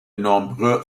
nombreux